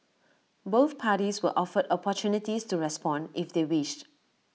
both parties were offered opportunities to respond if they wished